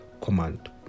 command